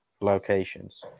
locations